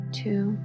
two